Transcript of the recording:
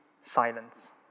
silence